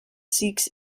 seeks